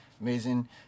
amazing